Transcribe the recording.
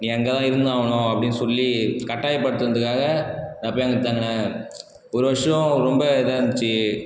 நீ அங்கே தான் இருந்தாகணும் அப்படின்னு சொல்லி கட்டாயப்படுத்துனதுக்காக நான் போய் அங்கே தங்குனேன் ஒரு வருஷம் ரொம்ப இதாக இருந்துச்சு